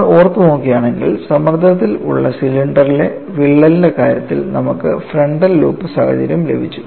നമ്മൾ ഓർത്തു നോക്കുകയാണെങ്കിൽ സമ്മർദ്ദത്തിൽ ഉള്ള സിലിണ്ടറിലെ വിള്ളലിന്റെ കാര്യത്തിൽ നമുക്ക് ഫ്രണ്ടൽ ലൂപ്പ് സാഹചര്യം ലഭിച്ചു